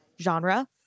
genre